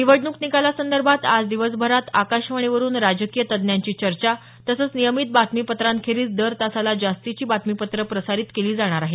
निवडणूक निकालांसंदर्भात आज दिवसभरात आकाशवाणीवरुन राजकीय तज्ज्ञांची चर्चा तसंच नियमित बातमीपत्रांखेरीज दर तासाला जास्तीची बातमीपत्रं प्रसारित केली जाणार आहेत